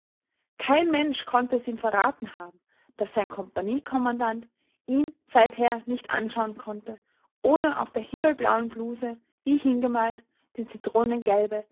kein mensch konnte es ihm verraten haben daß sein kompagniekommandant ihn seither nicht anschauen konnte ohne auf der himmelblauen bluse wie hingemalt die